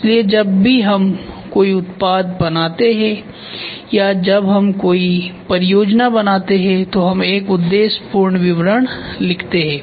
इसलिए जब भी हम कोई उत्पाद बनाते हैं या जब हम कोई परियोजना बनाते हैं तो हम एक उद्देश्यपूर्ण विवरण लिखते हैं